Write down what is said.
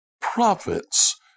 prophets